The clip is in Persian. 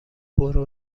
برو